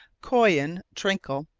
coyin, trinkle,